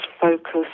focus